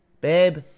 babe